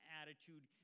attitude